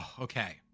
Okay